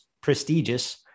prestigious